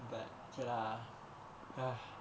but okay lah